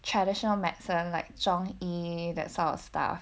traditional medicine like 中医 that sort of stuff